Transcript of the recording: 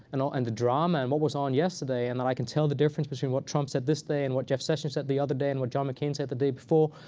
and and the drama, and what was on yesterday, and that i can tell the difference between what trump said this day and what jeff sessions said the other day and what john mccain said the day before,